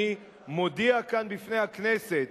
אני מודיע כאן בפני הכנסת: